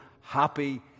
happy